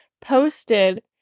posted